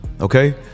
Okay